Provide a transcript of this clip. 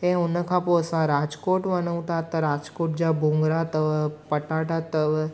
ऐं उन खां पोइ असां राजकोट वञूं था त राजकोट जा भूंगरा अथव पटाटा अथव